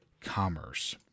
commerce